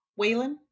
Waylon